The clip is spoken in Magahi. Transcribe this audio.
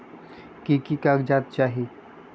की की कागज़ात चाही?